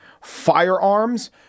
firearms